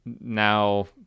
now